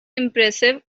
impressive